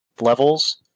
levels